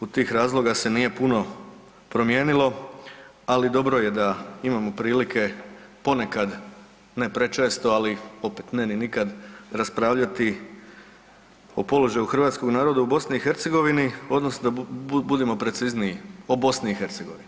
U tih razloga se nije puno promijenilo, ali dobro je da imamo prilike ponekad, ne prečesto ali opet ne ni nikad raspravljati o položaju Hrvatskog naroda u BiH, odnosno da budemo precizniji o Bosni i Hercegovini.